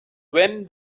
when